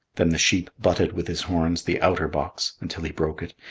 then the sheep butted with his horns the outer box until he broke it,